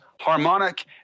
Harmonic